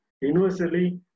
universally